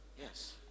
Yes